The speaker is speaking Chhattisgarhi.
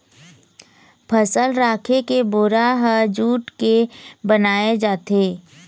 फसल राखे के बोरा ह जूट के बनाए जाथे